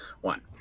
One